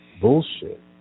bullshit